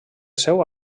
seu